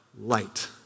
light